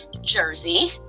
jersey